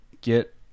get